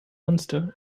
munster